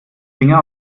finger